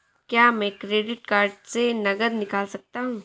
क्या मैं credit card से नकद निकाल सकता हूँ?